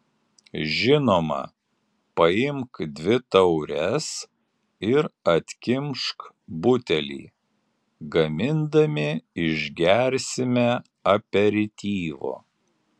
žinoma paimk dvi taures ir atkimšk butelį gamindami išgersime aperityvo